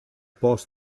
port